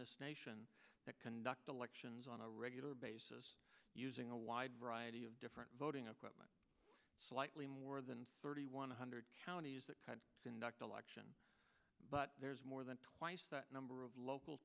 this nation that conduct elections on a regular basis using a wide variety of different voting equipment slightly more than thirty one hundred counties that kind of conduct election but there's more than twice that number of local